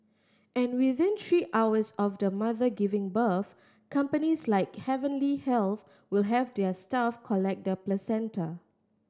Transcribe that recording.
and within three hours of the mother giving birth companies like Heavenly Health will have their staff collect the placenta